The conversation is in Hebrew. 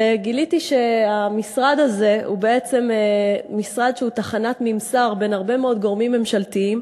וגיליתי שהמשרד הזה הוא בעצם תחנת ממסר בין הרבה מאוד גורמים ממשלתיים,